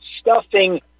stuffing